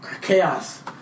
chaos